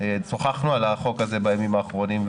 שוחחנו על החוק הזה בימים האחרונים,